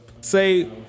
say